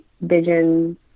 vision